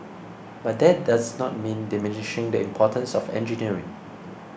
but that does not mean diminishing the importance of engineering